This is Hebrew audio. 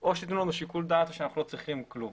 או שניתן לו שיקול דעת או שהוא לא צריך כלום.